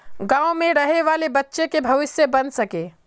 गाँव में रहे वाले बच्चा की भविष्य बन सके?